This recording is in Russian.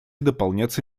дополняться